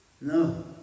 No